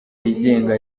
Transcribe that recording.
yigenga